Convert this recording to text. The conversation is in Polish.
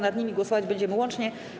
Nad nimi głosować będziemy łącznie.